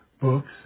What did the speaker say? books